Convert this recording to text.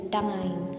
time